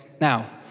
Now